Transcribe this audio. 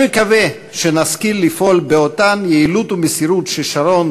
אני מקווה שנשכיל לפעול באותן יעילות ומסירות ששרון,